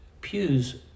pews